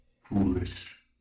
Foolish